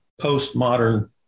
postmodern